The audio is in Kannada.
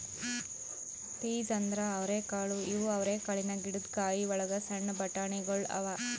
ಪೀಸ್ ಅಂದುರ್ ಅವರೆಕಾಳು ಇವು ಅವರೆಕಾಳಿನ ಗಿಡದ್ ಕಾಯಿ ಒಳಗ್ ಸಣ್ಣ ಬಟಾಣಿಗೊಳ್ ಅವಾ